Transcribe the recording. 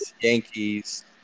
Yankees